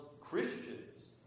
Christians